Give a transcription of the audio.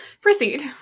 Proceed